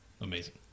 amazing